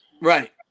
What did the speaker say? right